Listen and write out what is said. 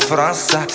France